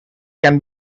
can